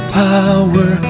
power